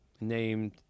Named